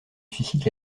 suscite